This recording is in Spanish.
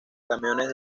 camiones